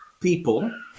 people